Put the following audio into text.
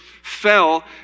fell